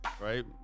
right